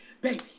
Baby